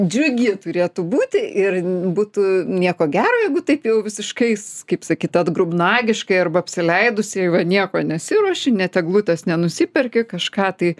džiugi turėtų būti ir būtų nieko gero jeigu taip jau visiškais kaip sakyt atgrubnagiškai arba apsileidusiai va nieko nesiruoši net eglutės nenusiperki kažką tai